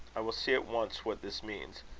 i will see at once what this means.